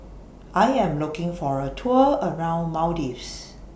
I Am looking For A Tour around Maldives